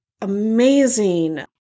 amazing